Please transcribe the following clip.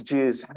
Jews